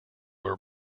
were